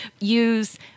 use